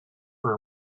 for